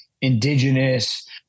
indigenous